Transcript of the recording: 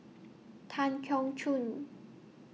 Tan Keong Choon